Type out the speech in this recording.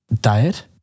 diet